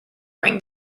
rang